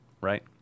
right